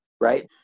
right